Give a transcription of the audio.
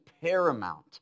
paramount